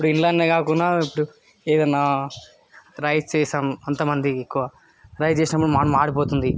ఇప్పుడు ఇల్లలనే కాకుండా ఇప్పుడు ఏదన్న రైస్ చేసాం అంతమంది ఎక్కువ రైస్ చేసినప్పుడు మా మాడిపోతుంది